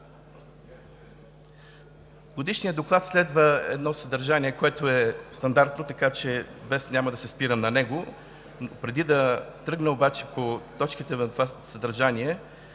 Годишният доклад следва едно съдържание, което е стандартно, така че днес няма да се спирам на него. Преди да тръгна обаче по точките на това съдържание